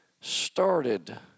started